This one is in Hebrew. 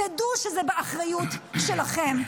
תדעו שזה באחריות שלכם.